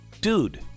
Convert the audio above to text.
dude